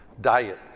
diet